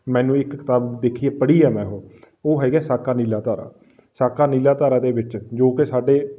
ਮੈਨੂੰ ਇੱਕ ਕਿਤਾਬ ਦੇਖੀ ਆ ਪੜ੍ਹੀ ਆ ਮੈਂ ਉਹ ਉਹ ਹੈਗਾ ਸਾਕਾ ਨੀਲਾ ਤਾਰਾ ਸਾਕਾ ਨੀਲਾ ਤਾਰਾ ਦੇ ਵਿੱਚ ਜੋ ਕਿ ਸਾਡੇ